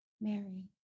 Mary